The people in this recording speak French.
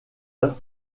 heures